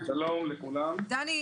זקן,